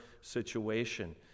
situation